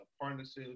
partnerships